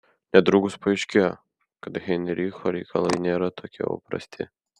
netrukus paaiškėjo kad heinricho reikalai nėra tokie jau prasti